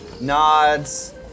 nods